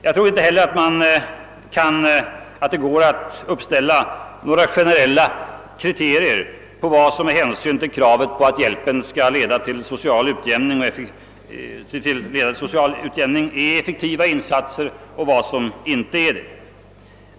Jag tror inte heller att det går att uppställa några generella kriterier på vad som med hänsyn till kravet på att hjälpen skall leda till social utjämning är effektiva insatser och vad som inte är det.